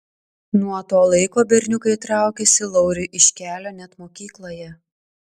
nuo to laiko berniukai traukėsi lauriui iš kelio net mokykloje